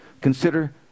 consider